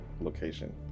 location